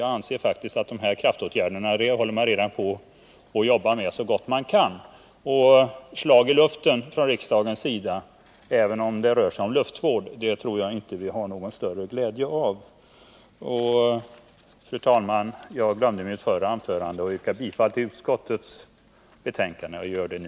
Jag anser faktiskt att man redan håller på att jobba med att vidta kraftåtgärder så gott man kan. Slag i luften från riksdagens sida, även om det rör sig om luftvård, tror jag inte vi har någon större glädje av. Fru talman! Jag glömde i mitt förra anförande att yrka bifall till utskottets hemställan. Jag gör det nu.